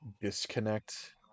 disconnect